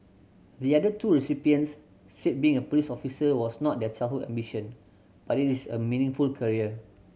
the other two recipients said being a police officer was not their childhood ambition but it is a meaningful career